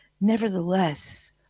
nevertheless